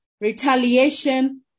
retaliation